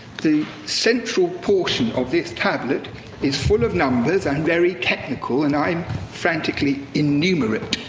the central portion of this tablet is full of numbers and very technical, and i'm frantically enumerate.